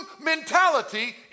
mentality